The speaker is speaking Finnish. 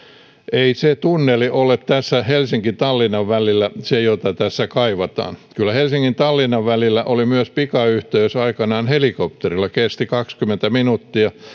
ei se tunneli ole tässä helsinki tallinna välillä se jota tässä kaivataan kyllä helsingin tallinnan välillä oli myös pikayhteys aikanaan helikopterilla kesti kaksikymmentä minuuttia